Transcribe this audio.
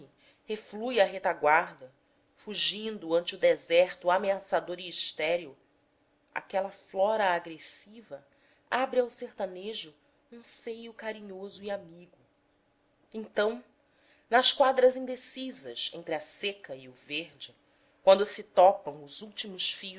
reflui à retaguarda fugindo ante o deserto ameaçador e estéril aquela flora agressiva abre ao sertanejo um seio carinhoso e amigo então nas quadras indecisas entre a seca e o verde quando se topam os últimos